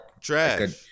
trash